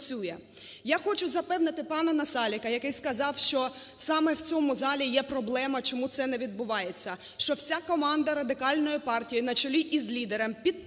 Я хочу запевнити панаНасалика, який сказав, що саме в цьому залі є проблема, чому це не відбувається. Що вся команда Радикальної партії на чолі із лідером підтримає